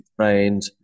trained